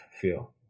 feel